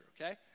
okay